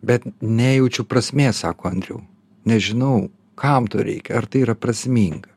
bet nejaučiu prasmės sako andriau nežinau kam to reikia ar tai yra prasminga